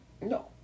no